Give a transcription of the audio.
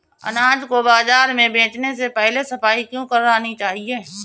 अनाज को बाजार में बेचने से पहले सफाई क्यो करानी चाहिए?